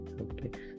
okay